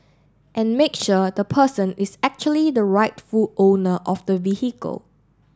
and make sure the person is actually the rightful owner of the vehicle